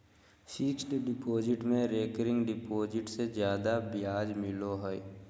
fixed deposit में recurring deposit से जादे ब्याज मिलो हय